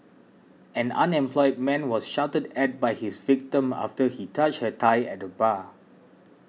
an unemployed man was shouted at by his victim after he touched her thigh at the bar